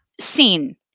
seen